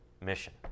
mission